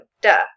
Duh